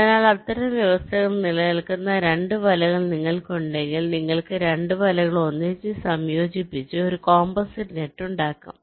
അതിനാൽ അത്തരം വ്യവസ്ഥകൾ നിലനിൽക്കുന്ന 2 വലകൾ നിങ്ങൾക്കുണ്ടെങ്കിൽ നിങ്ങൾക്ക് 2 വലകൾ ഒന്നിച്ച് സംയോജിപ്പിച്ച് ഒരു കോമ്പോസിറ്റ് നെറ്റ് ഉണ്ടാക്കാം